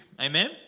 Amen